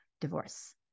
divorce